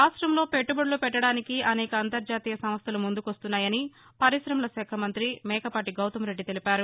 రాష్ట్రంలో పెట్లుబడులు పెట్లదానికి అనేక అంతర్జాతీయ సంస్లలు ముందుకు వస్తున్నాయని పర్శిశమల శాఖ మంతి మేకపాటి గౌతమ్రెడ్డి తెలిపారు